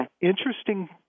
Interesting